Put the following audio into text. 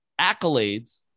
accolades